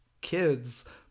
kids